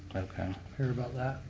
okay. hear about that.